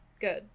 good